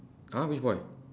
!huh! which boy